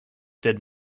did